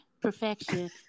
perfection